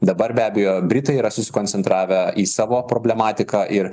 dabar be abejo britai yra susikoncentravę į savo problematiką ir